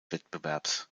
wettbewerbs